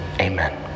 Amen